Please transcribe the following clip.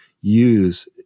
use